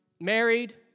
married